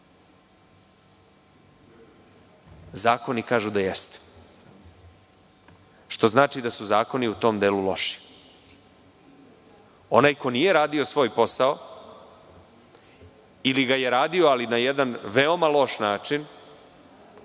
Zakoni kažu da jeste, što znači da su zakoni u tom delu loši. Onaj ko nije radio svoj posao, ili ga je radio ali na jedan veoma loš način,